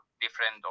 different